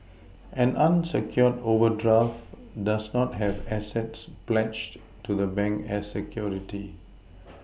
an unsecured overdraft does not have assets pledged to the bank as security